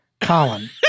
Colin